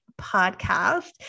podcast